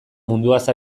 munduaz